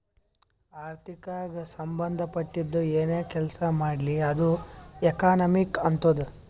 ಆರ್ಥಿಕಗ್ ಸಂಭಂದ ಪಟ್ಟಿದ್ದು ಏನೇ ಕೆಲಸಾ ಮಾಡ್ಲಿ ಅದು ಎಕನಾಮಿಕ್ ಆತ್ತುದ್